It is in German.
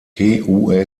helene